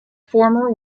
former